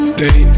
day